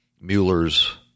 Mueller's